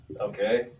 Okay